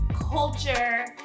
culture